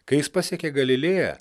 kai jis pasiekė galilėją